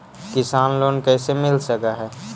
किसान लोन कैसे ले सक है?